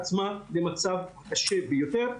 עמותת ׳יוזמות אברהם׳, בבקשה.